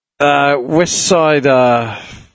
Westside